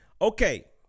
Okay